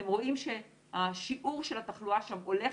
אתם רואים שהשיעור של התחלואה שם הולך